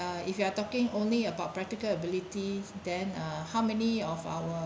uh if you are talking only about practical ability then uh how many of our